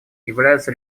является